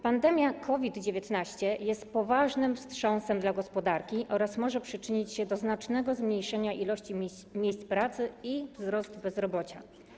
Pandemia COVID-19 jest poważnym wstrząsem dla gospodarki oraz może przyczynić się do znacznego zmniejszenia liczby miejsc pracy i wzrostu bezrobocia.